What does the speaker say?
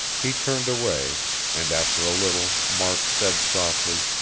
he turned away and after a little mark said softly